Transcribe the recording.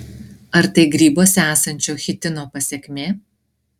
ar tai grybuose esančio chitino pasekmė